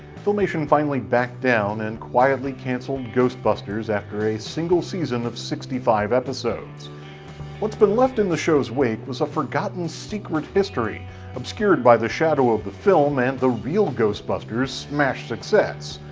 filmation finally backed down and quietly cancelled ghostbusters after a single season of sixty five episodes. and what's been left in the show's wake was a forgotten secret history obscured by the shadow of the film and the real ghostbusters smash success.